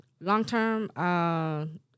Long-term